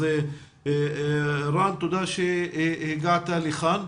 רן, תודה שהגעת לכאן.